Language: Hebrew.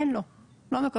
אין לו, הוא לא מקבל.